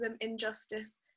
injustice